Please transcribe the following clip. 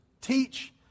teach